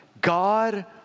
God